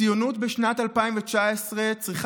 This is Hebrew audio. ציונות בשנת 2019 צריכה,